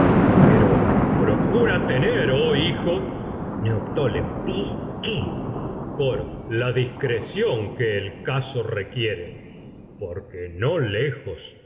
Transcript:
llora procura tener oh hijo qué que neoptólemo coro la di discreción el caso requiere porque no